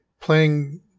playing